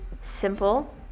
simple